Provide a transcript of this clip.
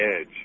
edge